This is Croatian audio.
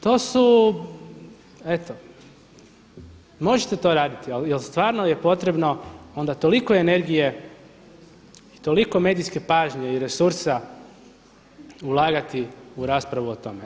To su eto, možete to raditi al' stvarno je potrebno onda toliko energije, toliko medijske pažnje i resursa ulagati u raspravu o tome.